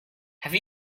have